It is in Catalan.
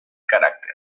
caràcter